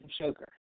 sugar